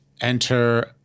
enter